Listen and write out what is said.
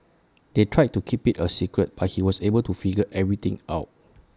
they tried to keep IT A secret but he was able to figure everything out